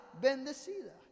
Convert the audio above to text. bendecida